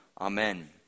Amen